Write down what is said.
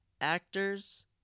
actors